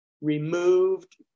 removed